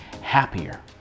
happier